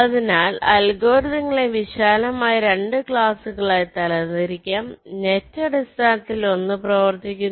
അതിനാൽ അൽഗോരിതങ്ങളെ വിശാലമായി 2 ക്ലാസുകളായി തരംതിരിക്കാം നെറ്റ് അടിസ്ഥാനത്തിൽ 1 പ്രവർത്തിക്കുന്നു